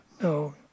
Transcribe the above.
No